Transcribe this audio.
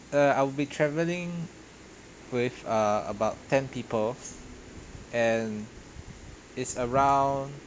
uh I'll be travelling with uh about ten people and is around